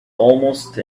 almost